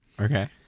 okay